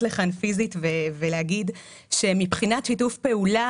לכאן פיזית ולהגיד שמבחינת שיתוף פעולה,